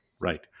right